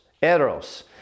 eros